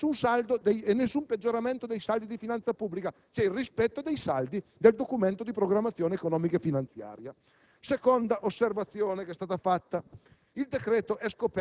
Quindi, non vi è nessun finanziamento in *deficit* e nessun peggioramento dei saldi di finanza pubblica, ma un rispetto dei saldi del Documento di programmazione economico-finanziaria.